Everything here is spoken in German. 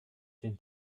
den